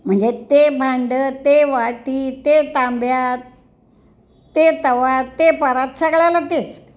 म्हणजे ते भांडं ते वाटी ते तांब्या ते तवा ते परात सगळ्याला तेच